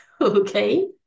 okay